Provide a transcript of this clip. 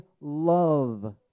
love